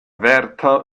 wärter